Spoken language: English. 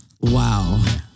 wow